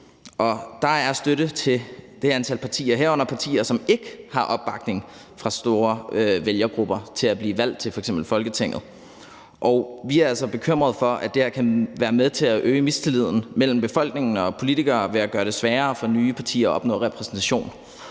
herunder partier, som ikke har opbakning fra store vælgergrupper til at blive valgt til f.eks. Folketinget. Og vi er altså bekymrede for, at det her kan være med til at øge mistilliden mellem befolkningen og politikerne ved at gøre det sværere for nye partier at opnå repræsentation.